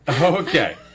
Okay